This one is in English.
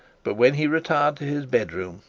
but when he retired to his bed-room,